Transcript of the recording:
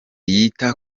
yita